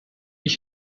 ich